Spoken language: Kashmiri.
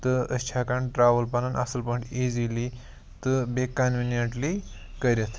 تہٕ أسۍ چھِ ہیٚکان ٹرٛیوٕل پَنُن اصٕل پٲٹھۍ ایٖزِیٖلی تہٕ بیٚیہِ کَنوِیٖنِیَنٹلی کٔرِتھ